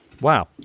Wow